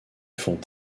font